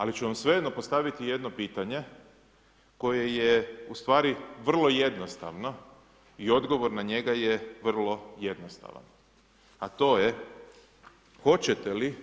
Ali ću vam svejedno postaviti jedno pitanje koje je u stvari vrlo jednostavno i odgovor na njega je vrlo jednostavan, a to je hoćete li